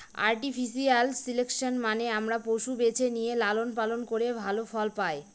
artificial selection মানে আমরা পশু বেছে নিয়ে লালন পালন করে ভালো ফল পায়